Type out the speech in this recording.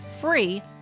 free